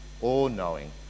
all-knowing